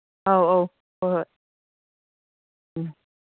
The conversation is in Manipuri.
ꯑꯧ ꯑꯧ ꯍꯣꯏ ꯍꯣꯏ ꯎꯝ